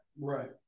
Right